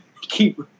keep